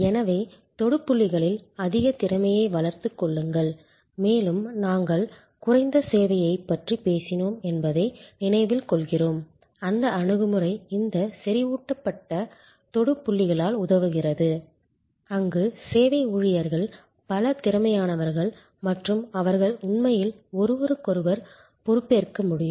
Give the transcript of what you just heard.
எனவே தொடு புள்ளிகளில் அதிக திறமையை வளர்த்துக் கொள்ளுங்கள் மேலும் நாங்கள் குறைந்த சேவையைப் பற்றிப் பேசினோம் என்பதை நினைவில் கொள்கிறோம் அந்த அணுகுமுறை இந்த செறிவூட்டப்பட்ட தொடு புள்ளிகளால் உதவுகிறது அங்கு சேவை ஊழியர்கள் பல திறமையானவர்கள் மற்றும் அவர்கள் உண்மையில் ஒருவருக்கொருவர் பொறுப்பேற்க முடியும்